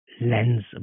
lens